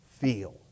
feel